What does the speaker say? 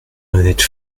honnête